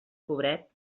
pobret